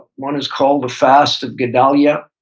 one is called the fast of gedalia,